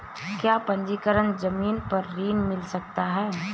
क्या पंजीकरण ज़मीन पर ऋण मिल सकता है?